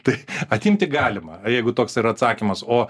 tai atimti galima jeigu toks ir atsakymas o